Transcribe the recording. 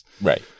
right